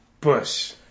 Bush